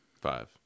Five